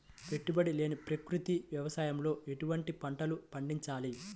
పెట్టుబడి లేని ప్రకృతి వ్యవసాయంలో ఎటువంటి పంటలు పండించాలి?